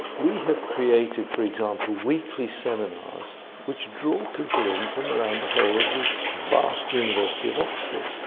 we have created for example weekly seminars which draw people in from around the whole of this vast university of oxford,